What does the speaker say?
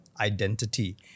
identity